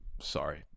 sorry